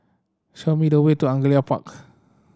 show me the way to Angullia Park